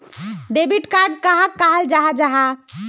Debit card कहाक कहाल जाहा जाहा?